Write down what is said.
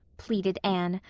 pleaded anne,